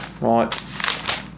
right